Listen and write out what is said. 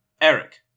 Eric